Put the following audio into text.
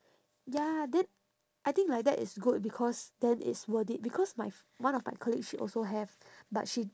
ya then I think like that is good because then it's worth it because my f~ one of my colleagues she also have but she